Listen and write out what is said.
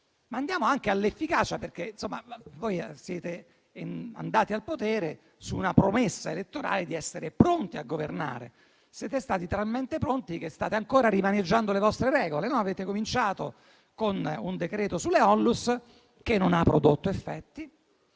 parliamo dell'efficacia, perché voi siete andati al potere con la promessa elettorale di essere pronti a governare. Siete stati talmente pronti che state ancora rimaneggiando le vostre regole. Avete cominciato con un decreto sulle ONLUS, che non ha prodotto effetti;